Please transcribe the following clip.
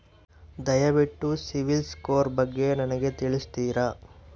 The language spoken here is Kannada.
ದಯವಿಟ್ಟು ಸಿಬಿಲ್ ಸ್ಕೋರ್ ಬಗ್ಗೆ ನನಗೆ ತಿಳಿಸ್ತೀರಾ?